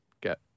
get